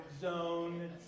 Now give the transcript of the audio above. zone